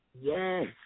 Yes